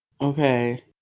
Okay